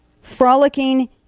frolicking